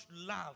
love